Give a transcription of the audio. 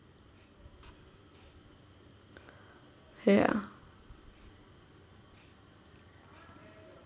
ya